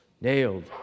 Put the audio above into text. nailed